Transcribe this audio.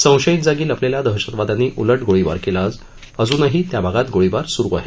संशयित जागी लपलेल्या दहशतवाद्यांनी उलट गोळीबार केला अजूनही त्या भागात गोळीबार स्रु आहे